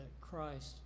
Christ